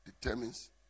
determines